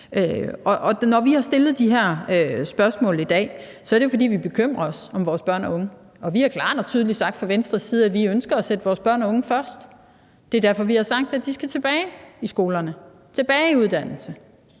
Når vi har stillet de her spørgsmål i dag, er det jo, fordi vi bekymrer os om vores børn og unge, og vi har klart og tydeligt sagt fra Venstres side, at vi ønsker at sætte vores børn og unge først. Det er derfor, vi har sagt, at de skal tilbage i skolerne og tilbage i uddannelse.